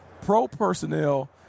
pro-personnel